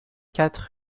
quatre